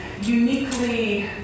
uniquely